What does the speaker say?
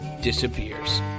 disappears